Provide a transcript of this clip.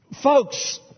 Folks